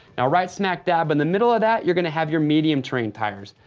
now, right-smack-dab in the middle of that you're gonna have your medium terrain tires.